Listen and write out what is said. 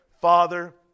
Father